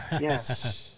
Yes